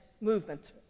movement